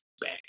back